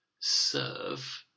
serve